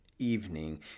Evening